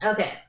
Okay